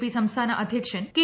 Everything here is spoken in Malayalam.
പി സംസ്ഥാന അധ്യക്ഷൻ കെ